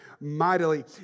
mightily